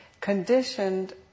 conditioned